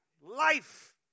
life